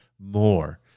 more